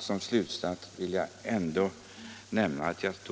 Som slutsats vill jag ändock nämna att jag —